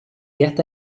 get